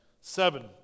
Seven